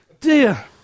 dear